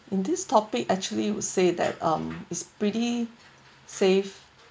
in this topic actually say that um it's pretty safe